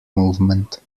movement